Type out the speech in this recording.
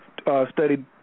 studied